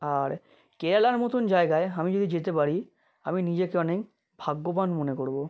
আর কেরালার মতন জায়গায় আমি যদি যেতে পারি আমি নিজেকে অনেক ভাগ্যবান মনে করবো